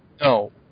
No